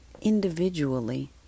individually